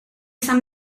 sant